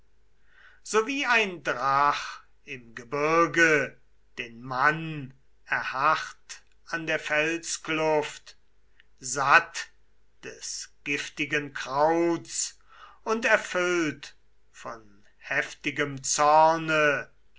wie ein drach im gebirge den mann erharrt an der felskluft satt des giftigen krauts und erfüllt von heftigem zorne